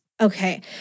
Okay